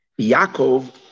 Yaakov